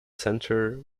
centre